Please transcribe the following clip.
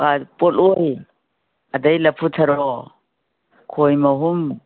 ꯑꯥ ꯄꯣꯠꯂꯣꯏ ꯑꯗꯒꯤ ꯂꯥꯐꯨ ꯊꯔꯣ ꯈꯣꯏ ꯃꯍꯨꯝ